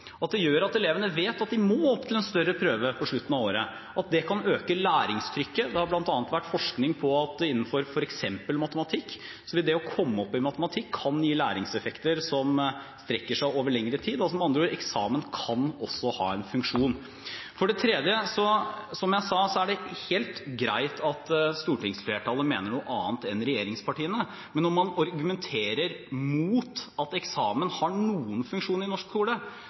at det at elevene må opp til en større prøve på slutten av året, kan øke læringstrykket. Det har bl.a. vært forsket på at innenfor f.eks. matematikk kan det å vite at man vil komme opp i matematikk, gi læringseffekter som strekker seg over lengre tid – med andre ord kan eksamen ha en funksjon. For det tredje: Som jeg sa, er det helt greit at stortingsflertallet mener noe annet enn regjeringspartiene, men når man argumenterer mot at eksamen har noen funksjon i norsk skole,